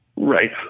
Right